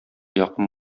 якын